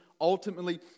ultimately